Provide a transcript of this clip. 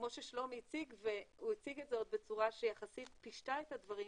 כמו ששלומי הציג והוא הציג את זה עוד בצורה שיחסית פישטה את הדברים.